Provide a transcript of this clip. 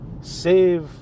save